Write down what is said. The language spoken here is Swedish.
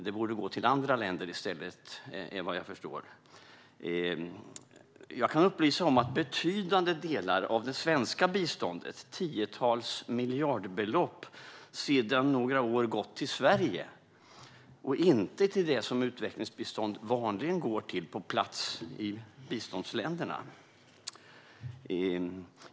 Det borde gå till andra länder i stället, förstår jag det som. Jag kan upplysa om att betydande delar av det svenska biståndet - tiotals miljarder - sedan några år har gått till Sverige, inte till det som utvecklingsbiståndet vanligen går till på plats i biståndsländerna.